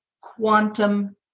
quantum